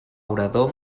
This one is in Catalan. orador